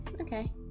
Okay